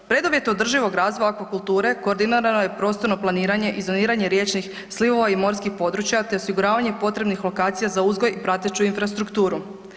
Preduvjet održivog razvoja aquakulture koordinirano je prostorno planiranje i zoniranje riječnih slivova i morskih područja, te osiguravanje potrebnih lokacija za uzgoj i prateću infrastrukturu.